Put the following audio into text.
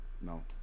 no